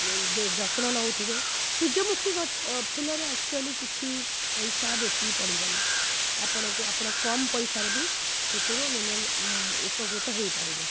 ଯତ୍ନ ନଉଥିବେ ସୂର୍ଯ୍ୟମୁଖୀ ଫୁଲରେ ଆକଚୁଆଲି୍ କିଛି ପଇସା ବେଶୀ ପଡ଼ିବନି ଆପଣଙ୍କୁ ଆପଣ କମ୍ ପଇସାରେ ବି ସେଥିରୁ ଉପକୃତ ହେଇପାରିବେ